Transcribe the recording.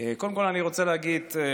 קודם כול אני רוצה להגיד,